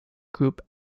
group